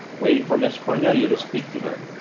waiting for miss cornelia to speak to him.